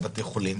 או בבתי חולים,